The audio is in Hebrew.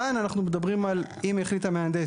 כאן אנחנו מדברים על אם החליט המהנדס,